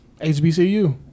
HBCU